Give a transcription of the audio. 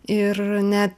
ir ne